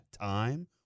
time